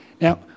Now